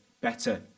better